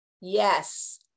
Yes